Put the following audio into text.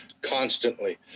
constantly